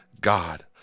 God